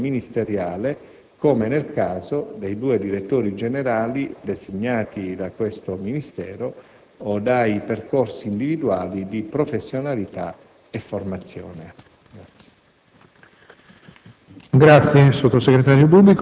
delle professionalità rivestite in ambito ministeriale, come nel caso dei due direttori generali designati da questo Ministero, o dei percorsi individuali di professionalità e formazione.